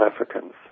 Africans